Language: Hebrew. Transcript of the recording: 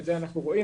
את זה אנחנו רואים.